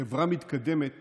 חברה מתקדמת